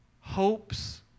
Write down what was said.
hopes